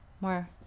more